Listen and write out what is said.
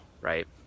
right